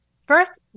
first